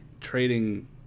trading